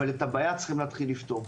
אבל את הבעיה צריכים להתחיל לפתור.